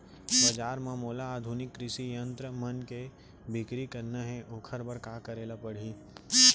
बजार म मोला आधुनिक कृषि यंत्र मन के बिक्री करना हे ओखर बर का करे ल पड़ही?